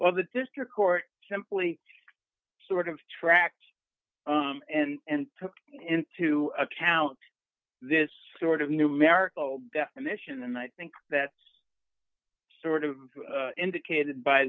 well the district court simply sort of tracked and took into account this sort of numerical definition and i think that's sort of indicated by